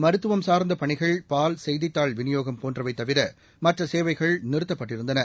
மருத்துவம் சார்ந்தப் பணிகள் பால் செய்தித்தாள் விநியோகம் போன்றவை தவிர மற்ற சேவைகள் நிறுத்தப்பட்டிருந்தன